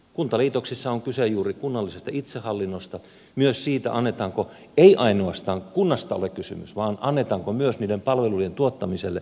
kuntaliitoksissa on kyse juuri kunnallisesta itsehallinnosta ja ei ainoastaan kunnasta ole kysymys vaan myös siitä annetaanko myös palvelujen tuottamiselle mahdollisuus